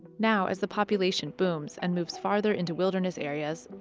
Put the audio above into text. now, as the population booms and moves farther into wilderness areas,